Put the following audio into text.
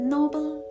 Noble